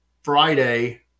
Friday